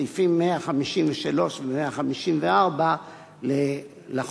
סעיף 153 ו-154 לחוק.